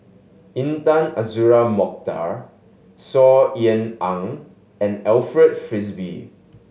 Intan Azura Mokhtar Saw Ean Ang and Alfred Frisby